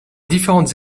différentes